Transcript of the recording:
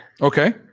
Okay